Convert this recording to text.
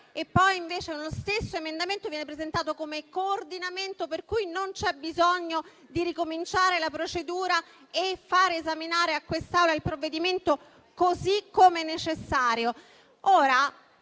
poi invece lo stesso emendamento viene presentato come coordinamento, per cui non c'è bisogno di ricominciare la procedura e di far esaminare all'Assemblea il provvedimento, così come necessario.